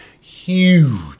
huge